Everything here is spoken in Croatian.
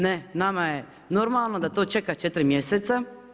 Ne, nama je normalno da to čeka 4 mjeseca.